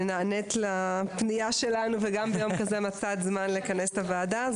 שנענית לפנייה שלנו וגם ביום כזה מצאת זמן לכנס את הוועדה.